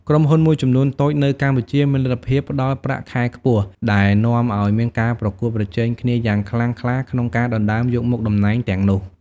ក្រុមហ៊ុនមួយចំនួនតូចនៅកម្ពុជាមានលទ្ធភាពផ្ដល់ប្រាក់ខែខ្ពស់ ដែលនាំឱ្យមានការប្រកួតប្រជែងគ្នាយ៉ាងខ្លាំងក្លាក្នុងការដណ្ដើមយកមុខតំណែងទាំងនោះ។